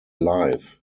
life